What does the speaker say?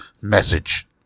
message